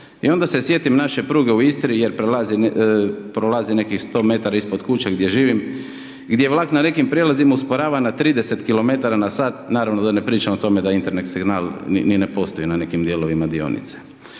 I onda se sjetim naše pruge u Istri, jer prolaze nekih 100 m ispod kuće gdje živim, gdje vlak na nekim prijelazima usporava na 30km/h naravno da ne pričam o tome da internet signal ni ne postoji na nekim dijelovima dionice.